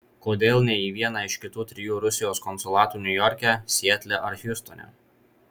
kodėl ne į vieną iš kitų trijų rusijos konsulatų niujorke sietle ar hjustone